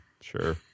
Sure